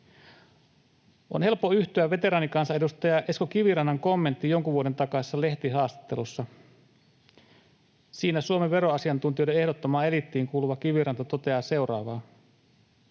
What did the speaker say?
On helppo yhtyä veteraanikansanedustaja Esko Kivirannan kommenttiin jonkun vuoden takaisessa lehtihaastattelussa. Siinä Suomen veroasiantuntijoiden ehdottomaan eliittiin kuuluva Kiviranta toteaa seuraavaa: